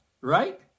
right